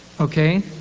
Okay